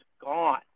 gone